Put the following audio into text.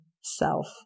self